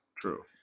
True